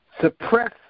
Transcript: suppress